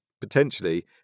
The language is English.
potentially